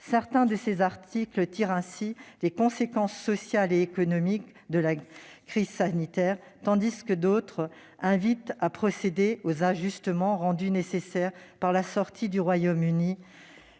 Certains de ses articles tirent ainsi les conséquences sociales et économiques de la crise sanitaire, tandis que d'autres invitent à procéder aux ajustements rendus nécessaires par la sortie du Royaume-Uni